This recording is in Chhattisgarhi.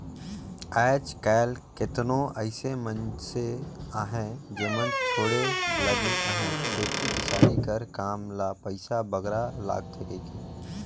आएज काएल केतनो अइसे मइनसे अहें जेमन छोंड़े लगिन अहें खेती किसानी कर काम ल पइसा बगरा लागथे कहिके